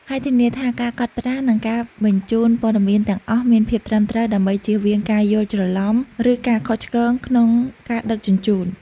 ហើយធានាថាការកត់ត្រា និងការបញ្ជូនព័ត៌មានទាំងអស់មានភាពត្រឹមត្រូវ ដើម្បីជៀសវាងការយល់ច្រឡំ ឬការខុសឆ្គងក្នុងការដឹកជញ្ជូន។